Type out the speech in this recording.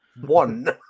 One